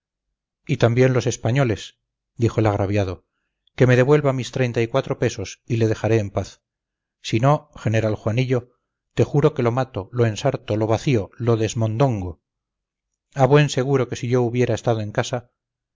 y también los españoles dijo el agraviado que me devuelva mis treinta y cuatro pesos y le dejaré en paz si no general juanillo te juro que lo mato lo ensarto lo vacío lo desmondongo a buen seguro que si yo hubiera estado en casa